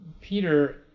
peter